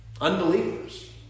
unbelievers